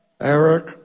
Eric